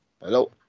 Hello